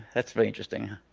that's very interesting.